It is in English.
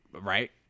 Right